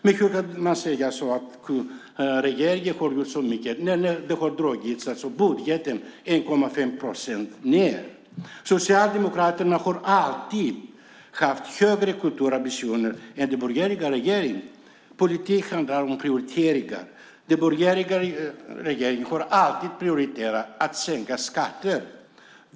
Hur kan man säga att regeringen har gjort så mycket när budgeten dras ned med 1,5 procent? Socialdemokraterna har alltid haft högre kulturambitioner än den borgerliga regeringen. Politik handlar om prioriteringar. Den borgerliga regeringen har alltid prioriterat att sänka skatter.